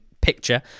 picture